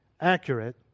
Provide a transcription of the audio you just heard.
Accurate